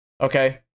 Okay